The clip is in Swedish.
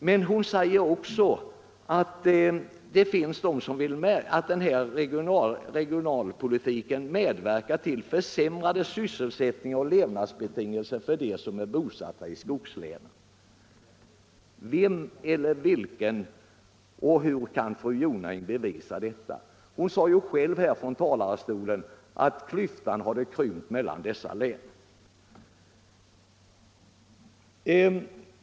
Fru Jonäng säger också att regionalpolitiken medverkar till försämrad sysselsättning och försämrade levnadsbetingelser för dem som är bosatta i skogslän. Hur kan fru Jonäng bevisa detta? Hon sade ju själv här ifrån talarstolen att klyftan mellan länen hade krympt.